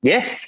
Yes